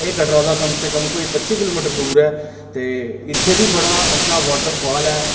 एह् कटरा दा कम से क कोई पच्ची किलोमीटर दूर ऐ इत्थै बी बड़ा अच्छा बाटरफाल ऐ जेह्ड़ा